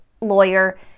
lawyer